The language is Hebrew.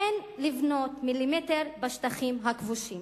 אין לבנות מילימטר בשטחים הכבושים